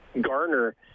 garner